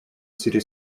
city